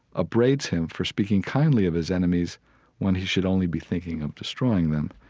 abrades him for speaking kindly of his enemies when he should only be thinking of destroying them.